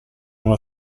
uno